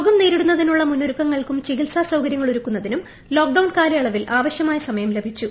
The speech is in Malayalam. രോഗം നേരിടുന്നതിനുള്ള മുന്നൊരുക്കങ്ങൾക്കും ചികിത്സാ സൌക്കുപ്പുങ്ങൾ ഒരുക്കുന്നതിനും ലോക് ഡൌൺ കാലയളവിൽ ആവശ്യമായ് സമയം ലഭിച്ചു